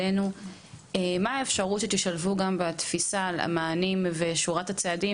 בלעדינו.״ מה האפשרות שתשלבו בתפיסה על המענים ועל שורת הצעדים,